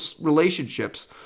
relationships